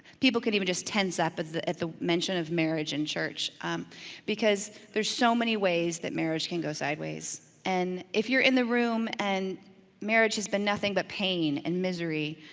people can even just tense up at the mention of marriage in church because there's so many ways that marriage can go sideways. and if you're in the room and marriage has been nothing but pain and misery,